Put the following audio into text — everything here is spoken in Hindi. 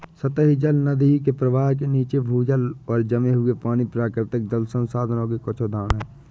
सतही जल, नदी के प्रवाह के नीचे, भूजल और जमे हुए पानी, प्राकृतिक जल संसाधनों के कुछ उदाहरण हैं